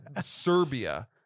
Serbia